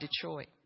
Detroit